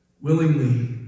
Willingly